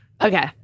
Okay